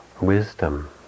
wisdom